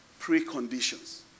preconditions